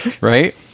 right